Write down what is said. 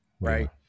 right